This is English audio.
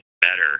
better